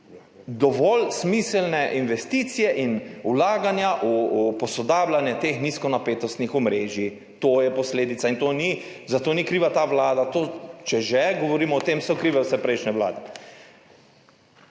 dovolj smiselne investicije in vlaganja v posodabljanje teh nizkonapetostnih omrežij. To je posledica in za to ni kriva ta vlada, če že govorimo o tem, so krive vse prejšnje vlade.